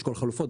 לשקול חלופות,